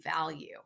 value